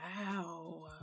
Wow